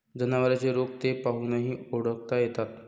जनावरांचे रोग ते पाहूनही ओळखता येतात